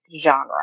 genre